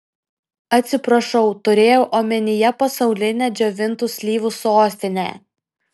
atsiprašau turėjau omenyje pasaulinę džiovintų slyvų sostinę